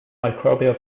microbial